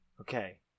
Okay